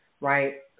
right